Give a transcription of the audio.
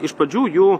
iš pradžių jų